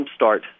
jumpstart